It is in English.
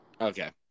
okay